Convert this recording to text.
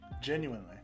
Genuinely